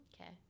Okay